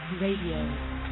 Radio